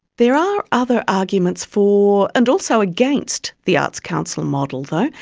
there are other arguments for and also against the arts council um model though,